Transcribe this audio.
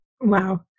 wow